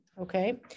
okay